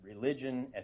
religion